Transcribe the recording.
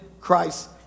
Christ